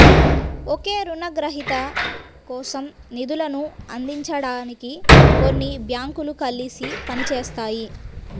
ఒకే రుణగ్రహీత కోసం నిధులను అందించడానికి కొన్ని బ్యాంకులు కలిసి పని చేస్తాయి